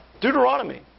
Deuteronomy